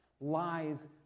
Lies